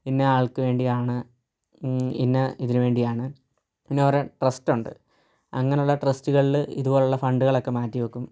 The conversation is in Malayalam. ഇന്ന ആൾക്കുവേണ്ടിയാണ് ഇന്ന ഇതിനു വേണ്ടിയാണ് പിന്നെ ഓരോ ട്രസ്റ്റ് ഉണ്ട് അങ്ങനെയുള്ള ട്രസ്റ്റുകളിൽ ഇതുപോലെയുള്ള ഫണ്ടുകളൊക്കെ മാറ്റി വയ്ക്കും